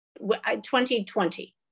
2020